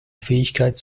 fähigkeit